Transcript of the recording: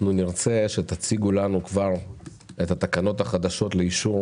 אנחנו נרצה שתציגו לנו כבר את התקנות החדשות לאישור